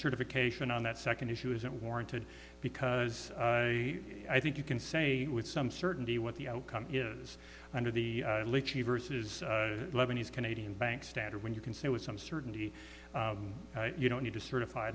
certification on that second issue isn't warranted because i think you can say with some certainty what the outcome is under the verses lebanese canadian banks standard when you can say with some certainty you don't need to certif